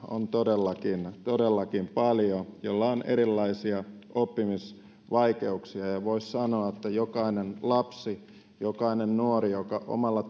on todellakin todellakin paljon erilaisia oppijoita joilla on erilaisia oppimisvaikeuksia ja voisi sanoa että jokainen lapsi jokainen nuori joka omalla